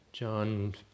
John